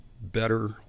better